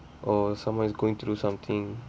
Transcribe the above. or someone is going through something